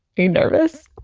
you nervous?